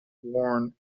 worn